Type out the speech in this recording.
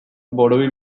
borobil